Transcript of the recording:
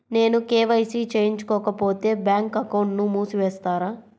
నేను కే.వై.సి చేయించుకోకపోతే బ్యాంక్ అకౌంట్ను మూసివేస్తారా?